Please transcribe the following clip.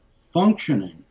functioning